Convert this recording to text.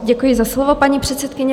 Děkuji za slovo, paní předsedkyně.